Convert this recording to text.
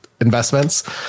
investments